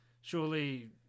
surely